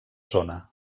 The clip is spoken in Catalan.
zona